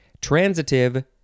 transitive